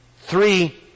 Three